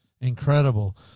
Incredible